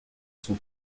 son